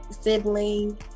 sibling